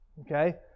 Okay